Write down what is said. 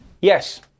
Yes